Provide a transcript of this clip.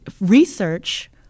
research